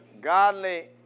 Godly